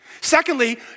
Secondly